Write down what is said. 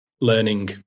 learning